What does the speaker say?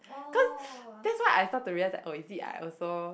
cause that's why I start to realize oh is it I also